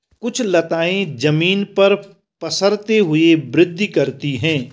कुछ लताएं जमीन पर पसरते हुए वृद्धि करती हैं